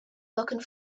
looking